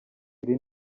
iri